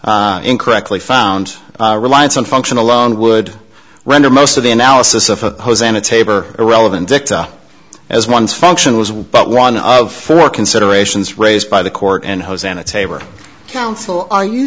found incorrectly found reliance on function alone would render most of the analysis of a hosannah taber irrelevant dicta as one's function was but one of four considerations raised by the court and hosanna taber counsel are you